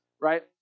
right